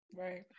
Right